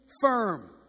firm